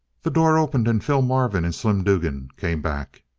the door opened, and phil marvin and slim dugan came back,